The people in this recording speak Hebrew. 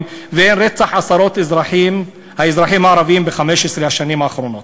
ורצח עשרות האזרחים הערבים ב-15 השנים האחרונות.